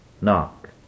knock